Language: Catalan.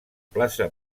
plaça